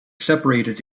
separated